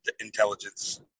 intelligence